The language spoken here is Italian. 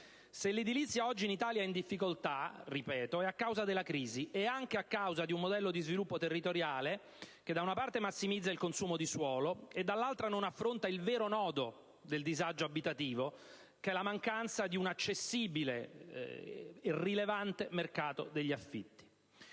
Se l'edilizia oggi in Italia è in difficoltà - ripeto - è a causa della crisi, e anche di un modello di sviluppo territoriale che da una parte massimizza il consumo di suolo e dall'altra non affronta il vero nodo del disagio abitativo che è la mancanza di un accessibile e rilevante mercato degli affitti.